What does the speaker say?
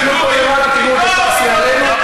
תסתכלו פה למעלה, תראו אותו טס מעלינו.